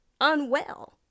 unwell